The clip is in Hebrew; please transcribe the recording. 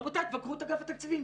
רבותיי, תבקרו את אגף התקציבים.